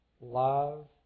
love